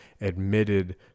admitted